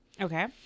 Okay